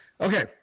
Okay